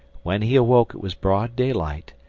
when he awoke it was broad daylight,